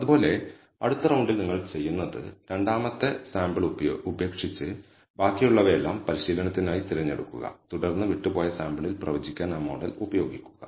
അതുപോലെ അടുത്ത റൌണ്ടിൽ നിങ്ങൾ ചെയ്യുന്നത് രണ്ടാമത്തെ സാമ്പിൾ ഉപേക്ഷിച്ച് ബാക്കിയുള്ളവയെല്ലാം പരിശീലനത്തിനായി തിരഞ്ഞെടുക്കുക തുടർന്ന് വിട്ടുപോയ സാമ്പിളിൽ പ്രവചിക്കാൻ ആ മോഡൽ ഉപയോഗിക്കുക